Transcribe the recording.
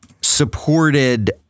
supported